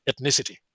ethnicity